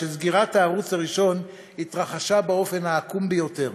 שסגירת הערוץ הראשון התרחשה באופן העקום ביותר